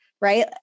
right